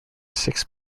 six